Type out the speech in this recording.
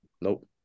Nope